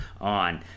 on